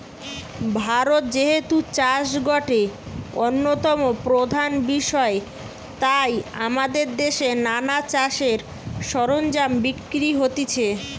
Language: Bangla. ভারতে যেহেতু চাষ গটে অন্যতম প্রধান বিষয় তাই আমদের দেশে নানা চাষের সরঞ্জাম বিক্রি হতিছে